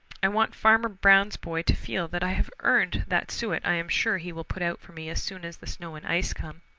i want farmer brown's boy to feel that i have earned that suet i am sure he will put out for me as soon as the snow and ice come.